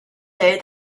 day